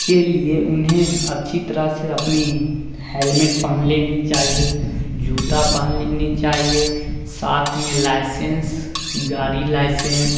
के लिए उन्हें अच्छी तरह से अपनी हेलमेट पहन लेनी चाहिए जूता पहन लेनी चाहिए साथ में लाइसेंस गाड़ी लाइसेंस